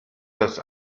das